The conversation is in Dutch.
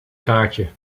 kaartje